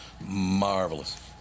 Marvelous